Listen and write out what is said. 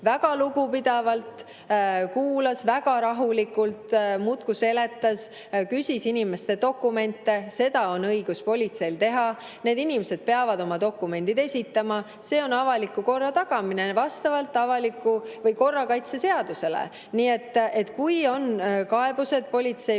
väga lugupidavalt, kuulas väga rahulikult, muudkui seletas, küsis inimeste dokumente. Seda on politseil õigus teha. Need inimesed peavad oma dokumendid esitama. See on avaliku korra tagamine vastavalt korrakaitseseadusele. Aga kui on kaebused politsei